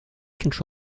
control